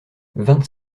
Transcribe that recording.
vingt